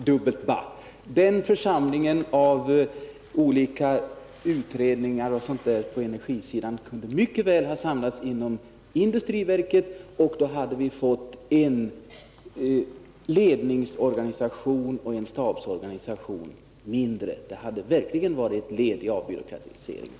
Fru talman! De olika utredningarna etc. på energisidan kunde mycket väl ha samlats inom industriverket. Då hade vi fått en ledningsorganisation och en stabsorganisation mindre. Det hade verkligen varit ett led i avbyråkratiseringen.